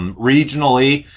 um regionally.